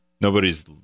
nobody's